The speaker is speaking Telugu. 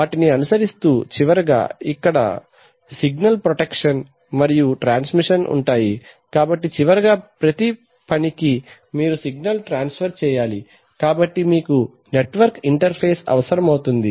వాటిని అనుసరిస్తూ చివరగా అక్కడ సిగ్నల్ ప్రొటెక్షన్ మరియు ట్రాన్స్మిషన్ ఉంటాయి కాబట్టి చివరగా ప్రతి పనికి మీరు సిగ్నల్ ట్రాన్స్ఫర్ చేయాలి కాబట్టి మీకు నెట్వర్క్ ఇంటర్ఫేస్ అవసరమవుతుంది